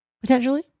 potentially